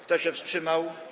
Kto się wstrzymał?